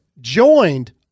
Joined